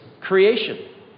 creation